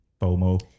FOMO